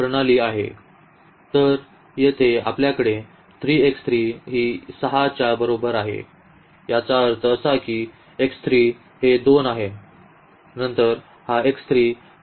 तर येथे आपल्याकडे 3 ही 6 च्या बरोबर आहे याचा अर्थ असा की येथे हे 2 आहे नंतर हा माहित आहे